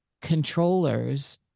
controllers